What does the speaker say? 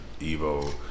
EVO